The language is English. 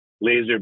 laser